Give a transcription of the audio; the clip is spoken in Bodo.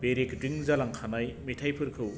बे रेकर्दिं जालांखानाय मेथायफोरखौ